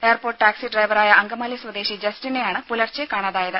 airport taxi ഡ്രൈവറായ അങ്കമാലി സ്വദേശി ജസ്റ്റിനെയാണ് പുലർച്ചെ കാണാതായത്